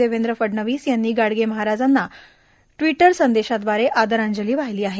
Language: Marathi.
देवेंद्र फडणवीस यांनी गाडगे महाराजांना ट्वीटर संदेशाद्वारे आदरांजली वाहिली आहे